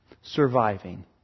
surviving